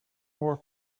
more